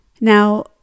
Now